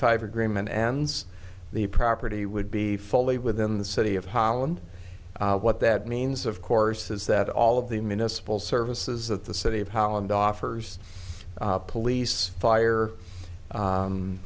five agreement ends the property would be fully within the city of holland what that means of course is that all of the municipal services that the city of holland offers police fire